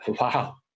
Wow